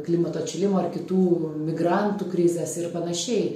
klimato atšilimo ar kitų migrantų krizės ir panašiai